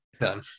done